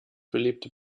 beliebte